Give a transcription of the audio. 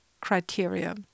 criteria